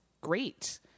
great